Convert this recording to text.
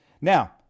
Now